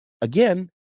again